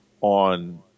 on